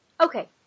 Okay